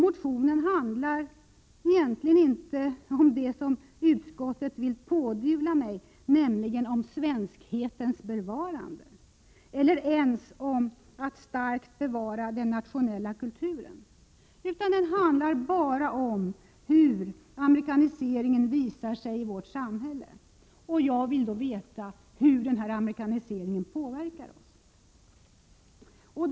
Motionen handlar egentligen inte om det som utskottet vill pådyvla mig, nämligen om svenskhetens bevarande eller ens om att bevara den nationella kulturen, utan den handlar bara om hur amerikaniseringen visar sig i vårt samhälle, och jag vill då veta hur den påverkar oss.